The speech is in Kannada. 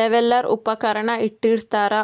ಲೆವೆಲ್ಲರ್ ಉಪಕರಣ ಇಟ್ಟಿರತಾರ್